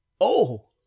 Oh